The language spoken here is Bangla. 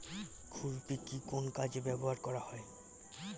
খুরপি কি কোন কাজে ব্যবহার করা হয়?